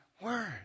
word